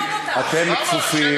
עכשיו זוהיר מבקש,